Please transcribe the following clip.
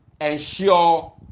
ensure